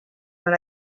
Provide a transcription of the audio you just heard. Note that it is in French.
dans